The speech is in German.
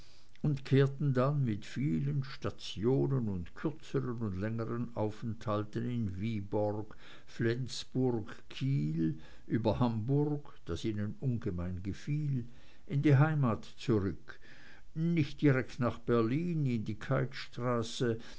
und kehrten dann mit vielen stationen und kürzeren und längeren aufenthalten in viborg flensburg kiel über hamburg das ihnen ungemein gefiel in die heimat zurück nicht direkt nach berlin in die